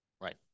Right